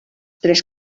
tres